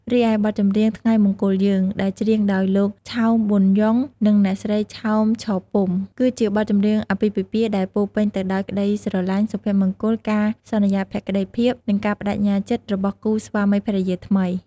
រីឯបទចម្រៀង ថ្ងៃមង្គលយើង ដែលច្រៀងដោយលោក ឆោម ប៊ុនយ៉ុង និងអ្នកស្រី ឆោម ឆពុំ គឺជាបទចម្រៀងអាពាហ៍ពិពាហ៍ដែលពោរពេញទៅដោយ ក្តីស្រឡាញ់ សុភមង្គល ការសន្យាភក្តីភាព និងការប្តេជ្ញាចិត្ត របស់គូស្វាមីភរិយាថ្មី។